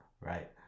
right